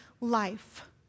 life